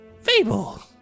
Fable